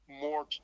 more